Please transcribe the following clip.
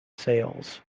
sales